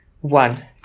one